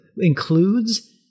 includes